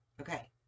Okay